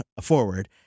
forward